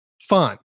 fun